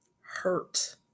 hurt